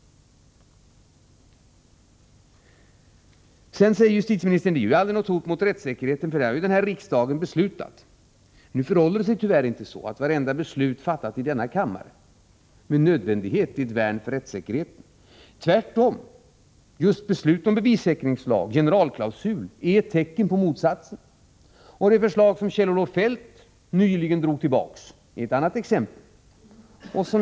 Sedan säger justitieministern: Detta är aldrig något hot mot rättssäkerheten, för detta har ju riksdagen beslutat. Men nu förhåller det sig tyvärr inte så att vartenda beslut fattat i denna kammare med nödvändighet är ett värn för rättssäkerheten. Tvärtom är besluten om bevissäkringslag och generalklausul ett tecken på motsatsen. Det förslag som Kjell-Olof Feldt nyligen drog tillbaks är ett annat exempel.